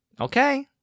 Okay